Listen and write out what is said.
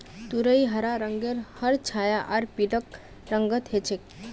तुरई हरा रंगेर हर छाया आर पीलक रंगत ह छेक